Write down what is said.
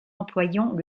employant